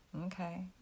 okay